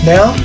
Now